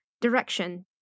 direction